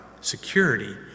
security